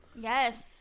Yes